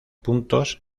puntos